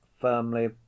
firmly